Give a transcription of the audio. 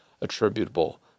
attributable